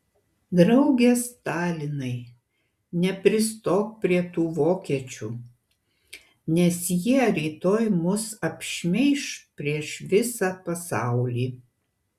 drauge stalinai nepristok prie tų vokiečių nes jie rytoj mus apšmeiš prieš visą pasaulį